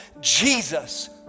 jesus